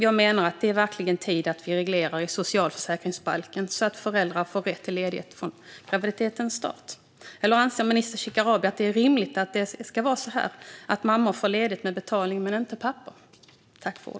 Jag menar att det är på tiden att vi reglerar i socialförsäkringsbalken så att föräldrar får rätt till ledighet från graviditetens start. Eller anser statsrådet Shekarabi att det är rimligt att mammor får ledigt med betalning men inte pappor?